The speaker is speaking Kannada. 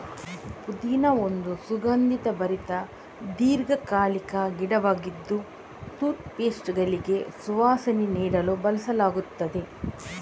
ಪುದೀನಾ ಒಂದು ಸುಗಂಧಭರಿತ ದೀರ್ಘಕಾಲಿಕ ಗಿಡವಾಗಿದ್ದು ಟೂತ್ ಪೇಸ್ಟುಗಳಿಗೆ ಸುವಾಸನೆ ನೀಡಲು ಬಳಸಲಾಗ್ತದೆ